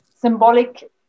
symbolic